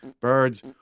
birds